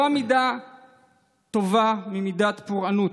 "מידה טובה מרובה ממידת פורענות".